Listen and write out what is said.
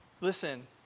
listen